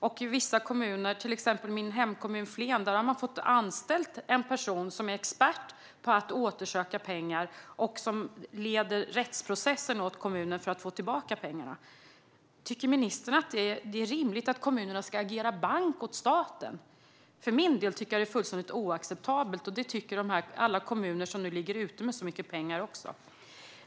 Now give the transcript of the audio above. I vissa kommuner, till exempel i min hemkommun Flen, har man fått anställa en person som är expert på att återsöka pengar och som leder rättsprocessen åt kommunen för att få tillbaka pengarna. Tycker ministern att det är rimligt att kommunerna ska agera bank åt staten? För min del tycker jag att det är fullständigt oacceptabelt. Det tycker också alla kommuner som ligger ute med så mycket pengar.